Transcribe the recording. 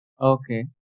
Okay